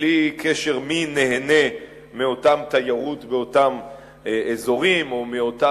בלי קשר מי נהנה מאותה תיירות באותם אזורים או מאותה